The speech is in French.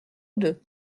deux